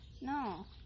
No